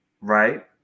right